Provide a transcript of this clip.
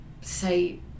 say